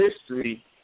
history